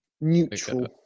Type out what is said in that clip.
neutral